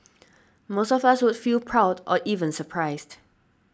most of us would feel proud or even surprised